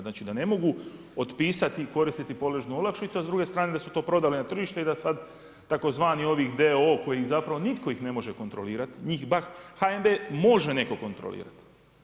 Znači, da ne mogu otpisati i koristiti poreznu olakšicu, a s druge strane da su to prodali na tržište i da sad tzv. d.o.o. kojih zapravo nitko ih ne može kontrolirati, njih HNB može netko kontrolirati.